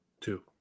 Two